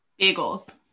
Bagels